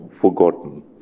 forgotten